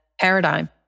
paradigm